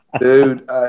Dude